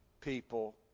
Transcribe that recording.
people